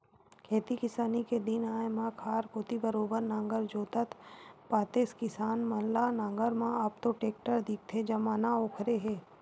खेती किसानी के दिन आय म खार कोती बरोबर नांगर जोतत पातेस किसान मन ल नांगर म अब तो टेक्टर दिखथे जमाना ओखरे हे